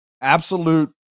Absolute